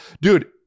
Dude